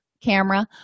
camera